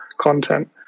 content